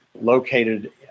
located